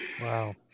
Wow